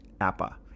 APA